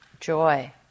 joy